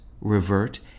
revert